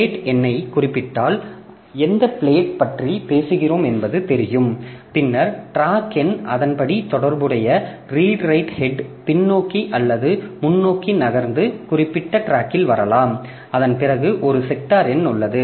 plate எண்ணைக் குறிப்பிட்டால் எந்த பிளேட்ப் பற்றி பேசுகிறோம் என்பது தெரியும் பின்னர் ட்ராக் எண் அதன்படி தொடர்புடைய ரீடு ரைட் ஹெட் பின்னோக்கி அல்லது முன்னோக்கி நகர்ந்து குறிப்பிட்ட டிராக்கில் வரலாம் அதன் பிறகு ஒரு செக்டார் எண் உள்ளது